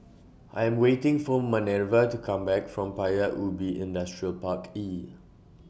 I Am waiting For Manerva to Come Back from Paya Ubi Industrial Park E